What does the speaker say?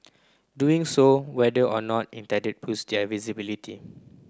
doing so whether or not intended boost their visibility